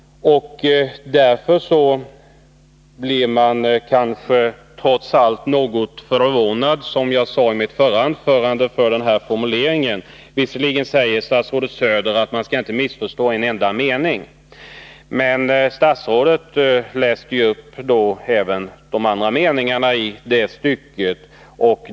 Därför blev jag trots allt, som jag sade i mitt förra anförande, något förvånad över statsrådet Söders yttrande om de danska ansträngningarna och över uttalandet att man inte skall missförstå en enda mening i svaret. Jag har inte missförstått. Statsrådet läste upp även de andra meningarna i det stycke som det gällde.